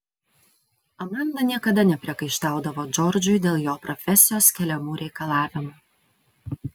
amanda niekada nepriekaištaudavo džordžui dėl jo profesijos keliamų reikalavimų